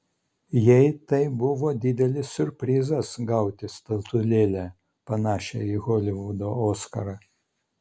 jai tai buvo didelis siurprizas gauti statulėlę panašią į holivudo oskarą